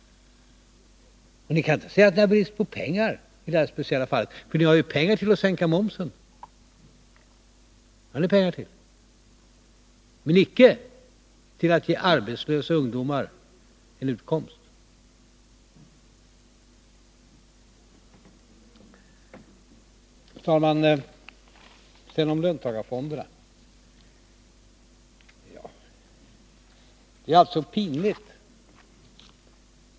Och ni kan inte säga att ni har brist på pengar i det här speciella fallet — ni har ju tillräckligt med pengar för att sänka momsen. Det har ni pengar till, men icke till att ge arbetslösa ungdomar en utkomst. Fru talman! Sedan till löntagarfonderna. Det är alltså pinligt.